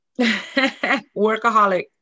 Workaholic